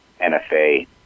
NFA